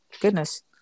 goodness